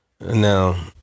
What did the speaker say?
Now